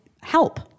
help